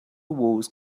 walls